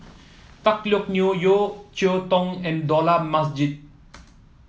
Tan Teck Neo Yeo Cheow Tong and Dollah Majid